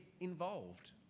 involved